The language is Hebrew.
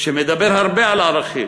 שמדבר הרבה על ערכים,